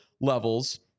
levels